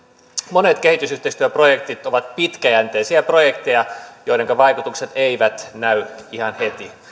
monet kehitysyhteistyöprojektit ovat pitkäjänteisiä projekteja joiden vaikutukset eivät näy ihan heti